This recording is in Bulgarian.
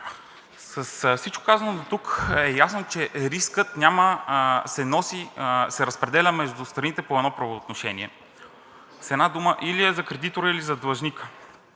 С всичко казано дотук е ясно, че рискът се разпределя между страните по едно правоотношение. С една дума или е за кредитора, или за длъжника.